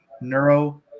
neuro